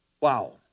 Wow